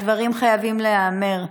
הדברים חייבים להיאמר,